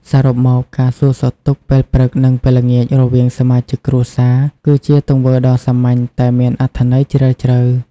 សរុបមក ការសួរសុខទុក្ខពេលព្រឹក និងពេលល្ងាចរវាងសមាជិកគ្រួសារ គឺជាទង្វើដ៏សាមញ្ញតែមានអត្ថន័យជ្រាលជ្រៅ។